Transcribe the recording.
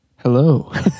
Hello